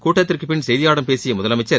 கூட்டத்திற்கு பின் செய்தியாளர்களிம் பேசிய முதலமைச்சர்